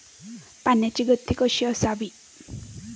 पाण्याची गती कशी असावी?